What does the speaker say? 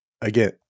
again